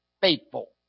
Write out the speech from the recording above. faithful